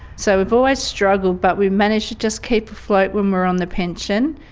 so we've always struggled, but we managed just keep afloat when we're on the pension.